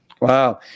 Wow